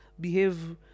behave